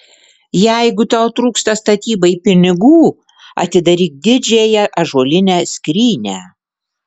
jeigu tau trūksta statybai pinigų atidaryk didžiąją ąžuolinę skrynią